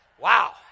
Wow